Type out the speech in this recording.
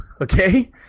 Okay